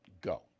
Go